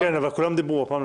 כן, אבל כולם דיברו, הפעם לא.